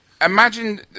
Imagine